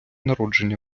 народження